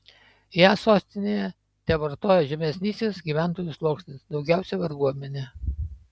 ją sostinėje tevartojo žemesnysis gyventojų sluoksnis daugiausiai varguomenė